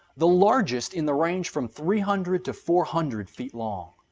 the largest in the range from three hundred to four hundred feet long.